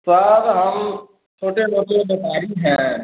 sir हम छोटे मोटे व्यापारी हैं